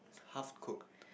half cooked